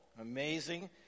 Amazing